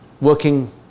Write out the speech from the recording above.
working